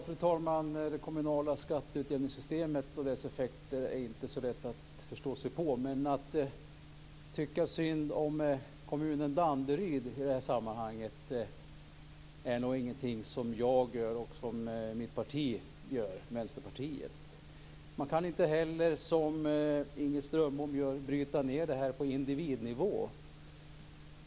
Fru talman! Det kommunala skatteutjämningssystemet och dess effekter är det inte så lätt att förstå sig på. Men att tycka synd om kommunen Danderyd i det här sammanhanget är nog inget som jag och mitt parti, Vänsterpartiet, gör. Man kan inte heller, som Inger Strömbom gör, bryta ned det här på individnivå.